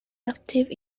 active